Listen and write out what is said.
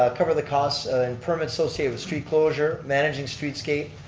ah cover the costs and permits associated with street closure, managing street scape,